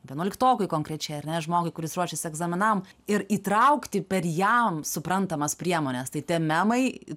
vienuoliktokui konkrečiai ar ne žmogui kuris ruošiasi egzaminam ir įtraukti per jam suprantamas priemones tai tie memai